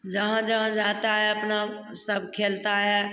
जहाँ जहाँ जाता है अपना सब खेलता है